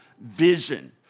vision